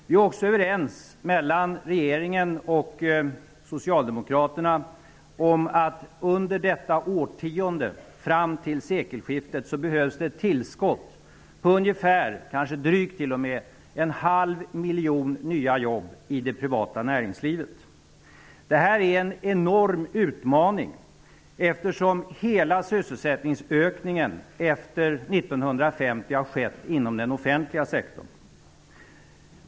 Vi är också överens mellan regeringen och Socialdemokraterna om att det under detta årtionde, fram till sekelskiftet, behövs ett tillskott på ungefär, kanske t.o.m. drygt, en halv miljon nya jobb i det privata näringslivet. Det här är en enorm utmaning, eftersom hela sysselsättningsökningen efter 1950 har skett inom den offentliga sektorn.